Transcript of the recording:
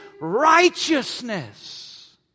righteousness